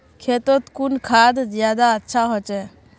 खेतोत कुन खाद ज्यादा अच्छा होचे?